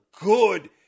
good